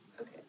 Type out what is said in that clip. Okay